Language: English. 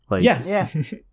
Yes